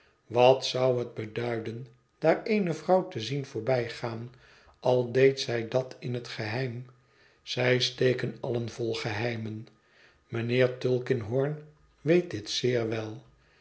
wat zou het beduiden daar eene vrouw te zien voorbijgaan al deed zij dat in het geheim zij steken allen vol geheimen mijnheer tulkinghorn weet dit zeer wel